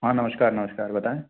हाँ नमस्कार नमस्कार बताएँ